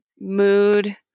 mood